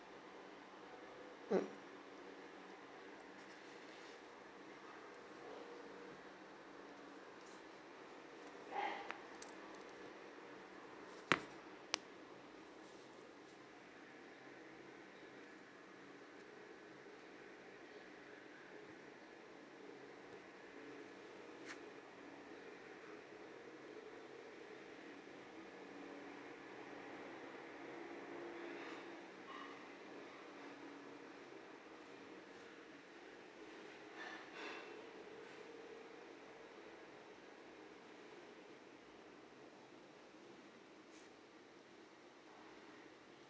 mm